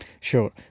Sure